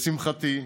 לשמחתי,